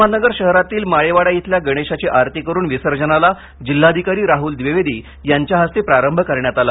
अहमदनगर शहरातील माळीवाडा इथल्या गणेशाची आरती करून विसर्जनाला जिल्हाधिकारी राहल द्विवेदी यांच्या हस्ते प्रारंभ करण्यात आला